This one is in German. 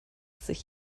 sich